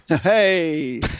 Hey